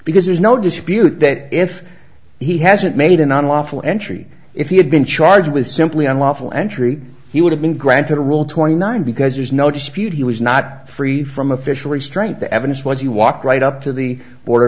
because there's no dispute that if he hasn't made an unlawful entry if he had been charged with simply unlawful entry he would have been granted a rule twenty nine because there's no dispute he was not free from official restraint the evidence was he walked right up to the border